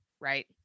right